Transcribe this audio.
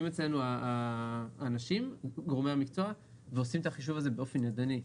המקצוע אצלנו עושים את החישוב הזה באופן ידני,